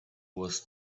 was